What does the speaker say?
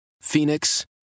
Phoenix